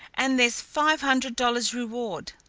and there's five hundred dollars reward.